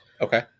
Okay